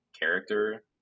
character